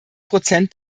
prozent